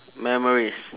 memories